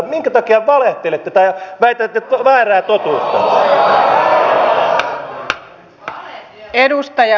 minkä takia valehtelette tai väitätte väärää totuutta